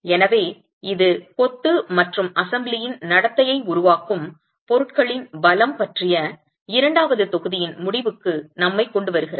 எனவே இது கொத்து மற்றும் அசெம்பிளியின் நடத்தையை உருவாக்கும் பொருட்களின் பலம் பற்றிய இரண்டாவது தொகுதியின் முடிவுக்கு நம்மைக் கொண்டுவருகிறது